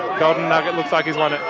golden nugget looks like he's won it.